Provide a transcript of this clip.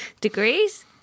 Degrees